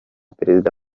perezida